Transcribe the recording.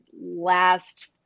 last